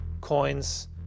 coins